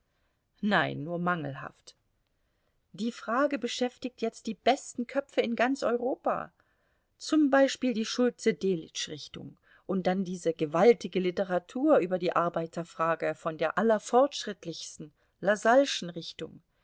nein nur mangelhaft die frage beschäftigt jetzt die besten köpfe in ganz europa zum beispiel die schulze delitzsch richtung und dann diese gewaltige literatur über die arbeiterfrage von der allerfortschrittlichsten lassalleschen richtung